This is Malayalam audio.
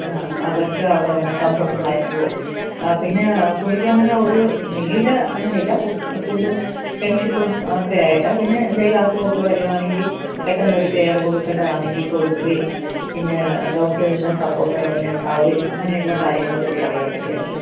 അവർക്ക് അവിടെ വന്നാൽ കംഫർട്ടബിളായിരിക്കോ പിന്നെ പുള്ളിക്കങ്ങനെ ഒരു നീഡ് അങ്ങനെയില്ല ഫു ഫുഡും ഫ്രണ്ട്ഷിപ്പും ഒക്കെ ആയിട്ട് പിന്നെ എന്തേലും അസുഖോക്കെ വരുവാണെങ്കിൽ പെട്ടെന്നൊരു കെയർ കൊടുക്കേണ്ടതാണെങ്കിൽ കൊടുക്കുകേം പിന്നെ ഡോക്ടറിൻ്റെ സപ്പോർട്ട് ഉടനെ ഉണ്ടാവേം അങ്ങനെയുള്ള കാര്യങ്ങളെപ്പറ്റി അറിയാൻ വേണ്ടി ആയിരുന്നു